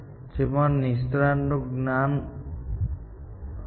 જેમાં નિષ્ણાત નું જ્ઞાન હતું